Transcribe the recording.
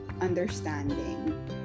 understanding